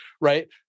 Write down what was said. right